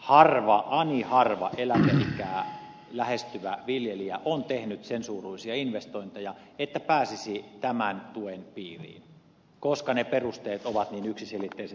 harva ani harva eläkeikää lähestyvä viljelijä on tehnyt sen suuruisia investointeja että pääsisi tämän tuen piiriin koska ne perusteet ovat niin yksiselitteiset